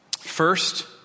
First